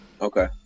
Okay